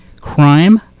Crime